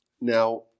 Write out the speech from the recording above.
Now